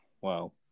Wow